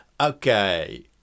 Okay